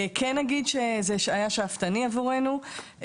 כן אגיד שזה היה שאפתני עבורנו,